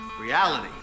reality